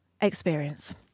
experience